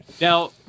Now